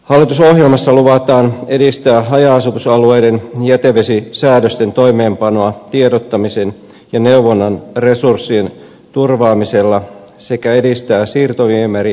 hallitusohjelmassa luvataan edistää haja asutusalueiden jätevesisäädösten toimeenpanoa tiedottamisen ja neuvonnan resurssien turvaamisella sekä edistää siirtoviemärihankkeita